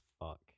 fuck